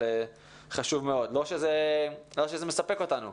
זה לא מספק אותנו,